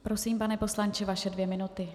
Prosím, pane poslanče, vaše dvě minuty.